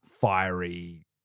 fiery